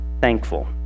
thankful